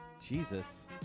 Jesus